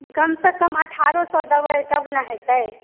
कम सॅं अठारह सए देबै तब ने हेतै